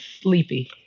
sleepy